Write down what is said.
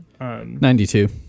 92